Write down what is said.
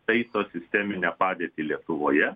taiso sisteminę padėtį lietuvoje